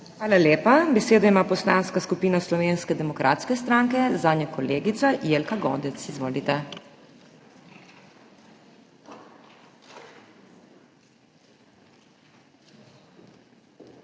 Hvala lepa. Besedo ima Poslanska skupina Slovenske demokratske stranke, zanjo kolegica Jelka Godec. Izvolite. JELKA GODEC